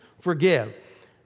forgive